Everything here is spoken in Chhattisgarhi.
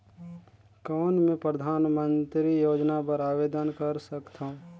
कौन मैं परधानमंतरी योजना बर आवेदन कर सकथव?